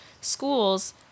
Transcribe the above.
schools